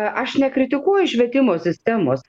aš nekritikuoju švietimo sistemos